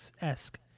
esque